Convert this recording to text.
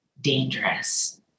dangerous